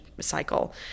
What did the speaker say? cycle